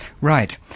Right